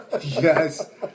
Yes